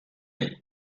here